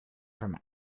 from